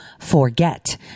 forget